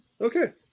Okay